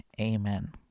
Amen